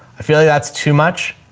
i feel like that's too much,